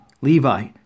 Levi